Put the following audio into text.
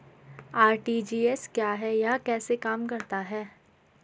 RTGS क्या है यह कैसे काम करता है?